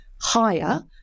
higher